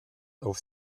auf